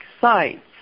sites